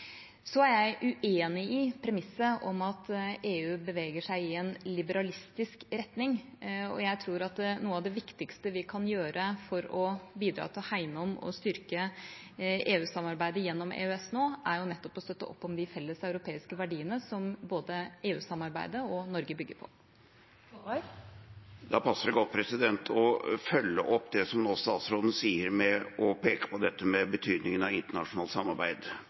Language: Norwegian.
Så er jeg uenig i premisset om at EU beveger seg i en liberalistisk retning. Jeg tror at noe av det viktigste vi nå kan gjøre for å bidra til å hegne om og styrke EU-samarbeidet gjennom EØS, er nettopp å støtte opp om de felles europeiske verdiene som både EU-samarbeidet og Norge bygger på. Da passer det godt å følge opp det utenriksministeren nå sier, med å peke på betydningen av internasjonalt samarbeid.